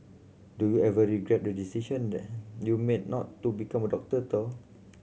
do you ever regret the decision that you made not to become doctor though